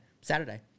Saturday